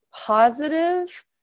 positive